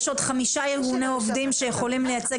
יש עוד חמישה ארגוני עובדים שיכולים לייצג